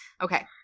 okay